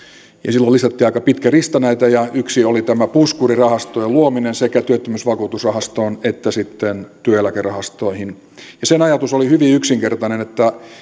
silloin listattiin aika pitkä lista näitä ja yksi oli tämä puskurirahastojen luominen sekä työttömyysvakuutusrahastoon että sitten työeläkerahastoihin ja sen ajatus oli hyvin yksinkertainen että